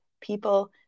people